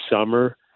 summer